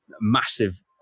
massive